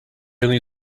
only